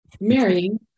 marrying